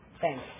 Thanks